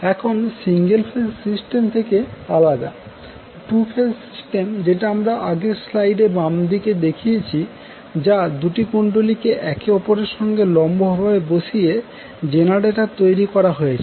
এখন single phase system থেকে আলাদা 2 ফেজ সিস্টেম যেটা আমরা আগের স্লাইডে বামদিকে দেখিয়েছি যা দুটি কুন্ডলীকে একে অপরের সঙ্গে লম্বভাবে বসিয়ে জেনারেটর তৈরি করা হয়েছে